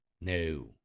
No